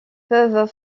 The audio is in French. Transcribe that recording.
peuvent